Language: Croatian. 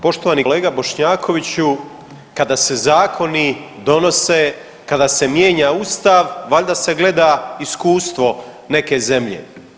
Poštovani kolega Bošnjakoviću kada se zakoni donose, kada se mijenja Ustav, valjda se gleda iskustvo neke zemlje.